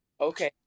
Okay